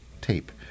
tape